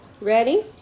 Ready